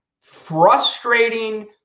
frustrating